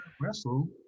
wrestle